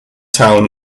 town